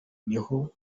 niho